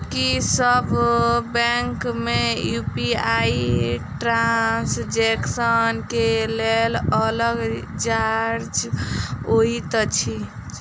की सब बैंक मे UPI transaction केँ लेल अलग चार्ज होइत अछि?